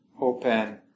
open